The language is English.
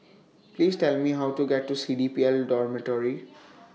Please Tell Me How to get to C D P L Dormitory